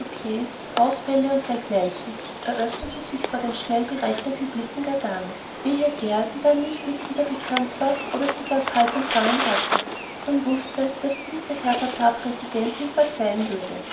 hausbälle und dergleichen eröffnete sich vor den schnell berechnenden blicken der damen wehe der die dann nicht mit ida bekannt war oder sie sogar kalt empfangen hatte man wußte daß dies der herr papa präsident nie verzeihen würde